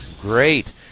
Great